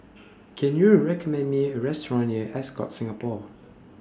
Can YOU recommend Me A Restaurant near Ascott Singapore